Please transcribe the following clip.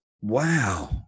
wow